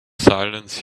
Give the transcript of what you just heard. silence